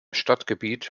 stadtgebiet